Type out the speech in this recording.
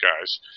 guys